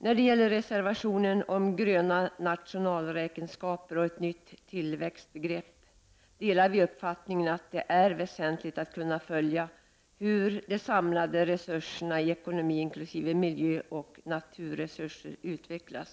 När det gäller reservationen om gröna nationalräkenskaper och ett nytt tillväxtbegrepp delar utskottets majoritet uppfattningen att det är väsentligt att kunna följa hur de samlade resurserna, inkl. miljöoch naturresurser, utvecklas.